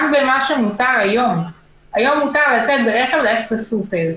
היום מותר לצאת עם הרכב לסופר.